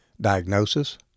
Diagnosis